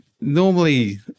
normally